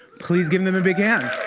please give them a big hand.